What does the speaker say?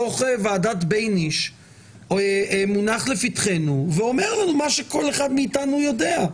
דוח ועדת בייניש מונח לפתחנו ואומר לנו מה שכל אחד מאתנו יודע,